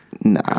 Nah